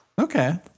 Okay